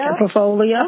Portfolio